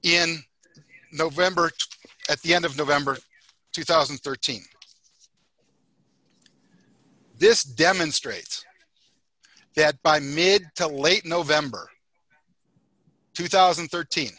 in november at the end of november two thousand and thirteen this demonstrates that by mid to late november two thousand and thirteen